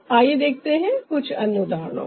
आइए देखते हैं कुछ अन्य उदाहरणों को